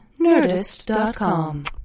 Nerdist.com